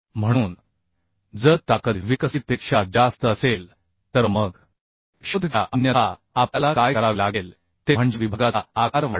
म्हणून जर ताकद विकसितपेक्षा जास्त असेल तर मग शोध घ्या अन्यथा आपल्याला काय करावे लागेल ते म्हणजे विभागाचा आकार वाढवणे